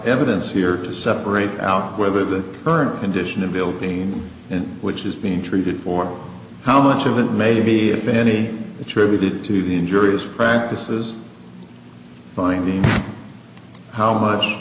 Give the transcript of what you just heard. evidence here to separate out whether the current condition of building which is being treated or how much of it may be of any attributed to the injurious practices by me how much